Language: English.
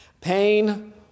Pain